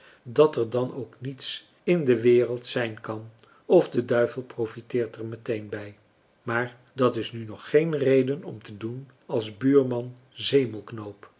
dat er dan ook niets in de wereld zijn kan of de duivel profiteert er meteen bij maar dat is nu nog geen reden om te doen als